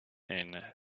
and